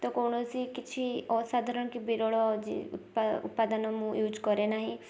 ତ କୌଣସି କିଛି ଅସାଧାରଣ କି ବିରଳ ଉପାଦାନ ମୁଁ ୟୁଜ୍ କରେ ନାହିଁ